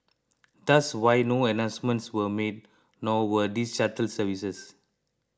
thus why no announcements were made nor were these shuttle services